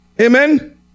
Amen